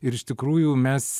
ir iš tikrųjų mes